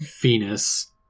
Venus